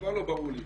הדבר לא ברור לי.